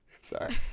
Sorry